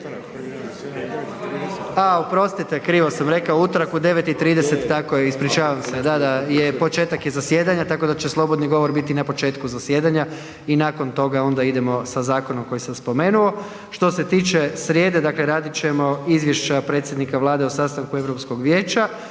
a oprostite krivo sam rekao, utorak u 9:30, tako je, ispričavam se da je početak zasjedanja tako da će slobodni govor biti na početku zasjedanja i nakon toga onda idemo sa zakonom koji sam spomenuo. Što se tiče srijede, dakle radit ćemo izvješća predsjednika Vlade o sastanku Europskog vijeća